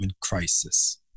crisis